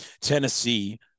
Tennessee